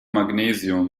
magnesium